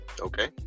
Okay